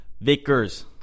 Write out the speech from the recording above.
Vickers